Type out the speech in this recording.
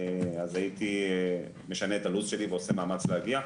אז הייתי משנה את הלו"ז שלי ועושה מאמץ להגיע,